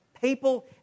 people